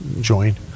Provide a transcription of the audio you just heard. join